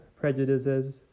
prejudices